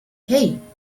hey